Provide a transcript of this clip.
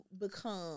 become